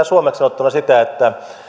suomeksi sanottuna sitä että